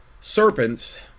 serpents